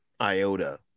iota